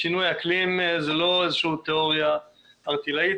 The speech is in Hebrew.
שינוי האקלים זה לא איזושהי תיאוריה ערטילאית,